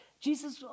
Jesus